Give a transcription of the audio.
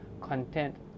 content